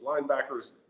linebackers